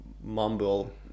mumble